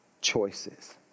choices